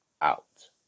out